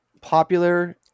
popular